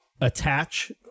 attach